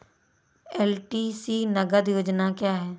LTC नगद योजना क्या है?